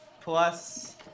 plus